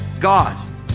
God